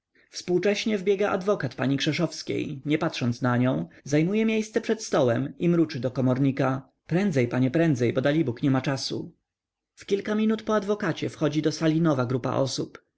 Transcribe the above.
współcześnie wbiega adwokat pani krzeszowskiej nie patrząc na nią zajmuje miejsce przed stołem i mruczy do komornika prędzej panie prędzej bo dalibóg niema czasu w kilka zaś minut po adwokacie wchodzi do sali nowa grupa osób